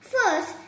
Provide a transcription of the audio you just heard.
First